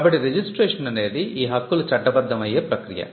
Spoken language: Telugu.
కాబట్టి రిజిస్ట్రేషన్ అనేది ఈ హక్కులు చట్టబద్ధం అయ్యే ప్రక్రియ